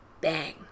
Bang